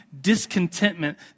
discontentment